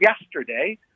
yesterday